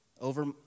over